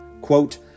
Quote